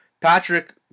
Patrick